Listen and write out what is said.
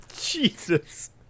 Jesus